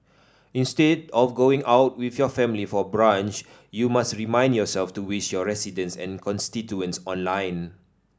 instead of going out with your family for brunch you must remind yourself to wish your residents and constituents online